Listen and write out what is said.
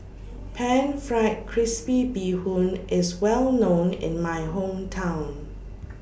Pan Fried Crispy Bee Hoon IS Well known in My Hometown